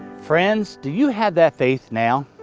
friends, do you have that faith now?